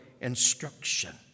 instruction